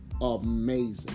amazing